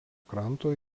kranto